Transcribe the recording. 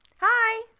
Hi